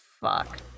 fuck